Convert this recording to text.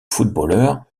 footballeur